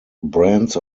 brands